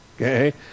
Okay